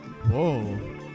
Whoa